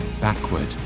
backward